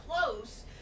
close